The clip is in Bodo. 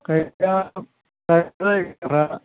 गायग्राया जाय गायग्रा